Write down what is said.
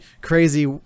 crazy